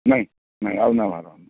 ନାଇଁ ନାଇଁ ଆଉ ନା ରହନ୍